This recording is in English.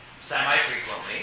semi-frequently